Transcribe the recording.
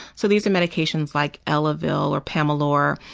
so these are medications like elavil or pamelor.